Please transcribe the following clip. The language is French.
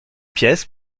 pièces